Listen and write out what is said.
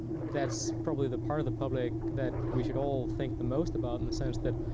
that's probably the part of the public that we should all think the most about in the sense that,